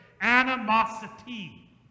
animosity